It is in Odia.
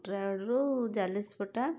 କୁଟୁରାଗଡ଼ରୁ ଜାଲେଶପଟା